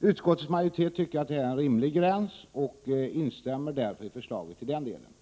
Utskottets majoritet tycker att fem personer är en rimlig gräns och instämmer därför i förslaget till den delen.